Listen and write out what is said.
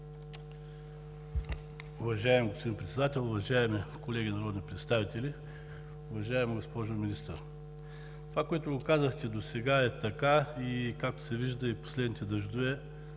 Уважаеми господин Председател, уважаеми колеги народни представители! Уважаема госпожо Министър, това, което казахте досега, е така и както се вижда, и последните дъждове